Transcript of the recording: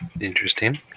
Interesting